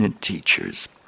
teachers